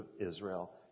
Israel